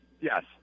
Yes